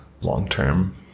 long-term